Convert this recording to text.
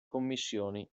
commissioni